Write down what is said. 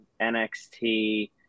NXT